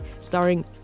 starring